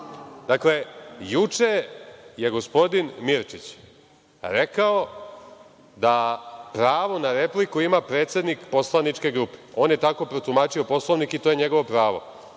Dakle, juče je gospodin Mirčić rekao da pravo na repliku ima predsednik poslaničke grupe. On je tako protumačio Poslovnik i to je njegovo pravo.